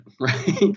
right